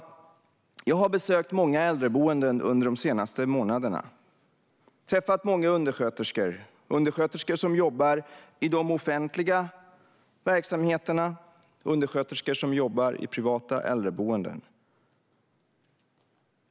Jag har besökt många äldreboenden under de senaste månaderna. Jag har träffat många undersköterskor. Det har varit undersköterskor som jobbar i de offentliga verksamheterna och undersköterskor som jobbar i privata äldreboenden.